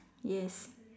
yes